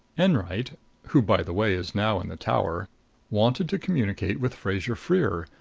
enwright who, by the way, is now in the tower wanted to communicate with fraser-freer,